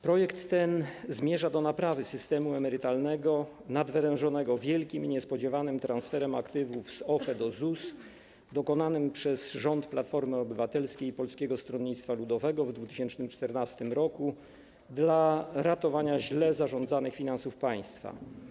Projekt ten zmierza do naprawy systemu emerytalnego nadwyrężonego wielkim i niespodziewanym transferem aktywów z OFE do ZUS dokonanym przez rząd Platformy Obywatelskiej i Polskiego Stronnictwa Ludowego w 2014 r. dla ratowania źle zarządzanych finansów państwa.